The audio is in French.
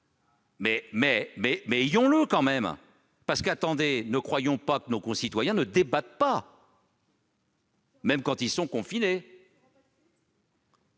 mais ayons-le quand même ! Ne croyons pas que nos concitoyens ne débattent pas, même quand ils sont confinés.